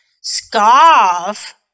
Scarf